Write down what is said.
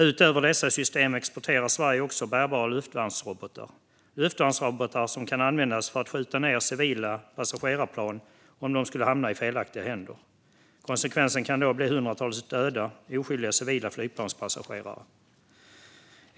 Utöver dessa system exporterar Sverige också bärbara luftvärnsrobotar som kan användas för att skjuta ned civila passagerarplan om de skulle hamna i fel händer. Konsekvensen kan då bli hundratals döda oskyldiga civila flygpassagerare.